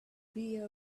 beer